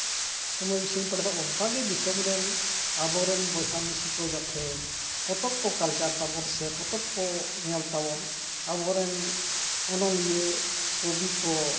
ᱥᱚᱢᱚᱭ ᱵᱤᱥᱮᱥᱤᱧ ᱯᱟᱲᱦᱟᱣᱮᱫᱟ ᱚᱱᱠᱟ ᱜᱮ ᱫᱤᱥᱚᱢ ᱨᱮᱱ ᱟᱵᱚᱨᱮᱱ ᱵᱚᱭᱦᱟ ᱢᱤᱥᱤ ᱠᱚ ᱡᱟᱛᱮ ᱯᱚᱛᱚᱵ ᱠᱚ ᱠᱟᱞᱪᱟᱨ ᱛᱟᱵᱚᱱ ᱥᱮ ᱯᱚᱛᱚᱵ ᱠᱚ ᱧᱮᱞ ᱛᱟᱵᱚᱱ ᱟᱵᱚᱨᱮᱱ ᱚᱱᱚᱞᱤᱭᱟᱹ ᱠᱚᱵᱤ ᱠᱚ